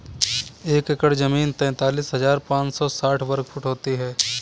एक एकड़ जमीन तैंतालीस हजार पांच सौ साठ वर्ग फुट होती है